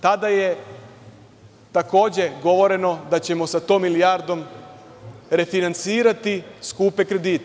Tada je takođe govoreno da ćemo sa tom milijardom refinansirati skupe kredite.